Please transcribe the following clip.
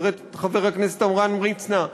חבר הכנסת עמרם מצנע,